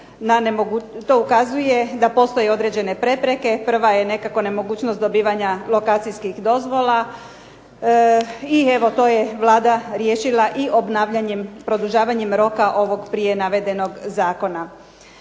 to ukazuje da postoje određene prepreke. Prva je nekako nemogućnost dobivanja lokacijskih dozvola i evo to je Vlada riješila i obnavljanjem, produžavanjem roka ovog prije navedenog zakona.